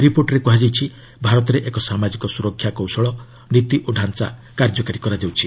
ରିପୋର୍ଟରେ କୁହାଯାଇଛି ଭାରତରେ ଏକ ସାମାଜିକ ସୁରକ୍ଷା କୌଶଳ ନୀତି ଓ ଢାଞ୍ଚା କାର୍ଯ୍ୟକାରୀ କରାଯାଉଛି